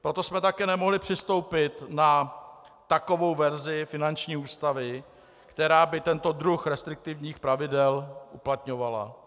Proto jsme také nemohli přistoupit na takovou verzi finanční ústavy, která by tento druh restriktivních pravidel uplatňovala.